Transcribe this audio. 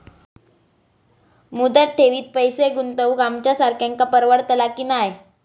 मुदत ठेवीत पैसे गुंतवक आमच्यासारख्यांका परवडतला की नाय?